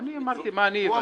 שיואב בן צור אומר.